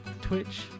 Twitch